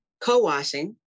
Co-washing